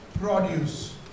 produce